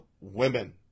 women